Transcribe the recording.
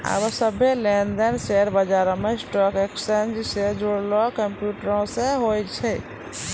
आबे सभ्भे लेन देन शेयर बजारो मे स्टॉक एक्सचेंज से जुड़लो कंप्यूटरो से होय छै